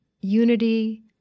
unity